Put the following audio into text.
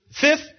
fifth